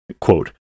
quote